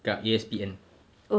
kat A_S_P_N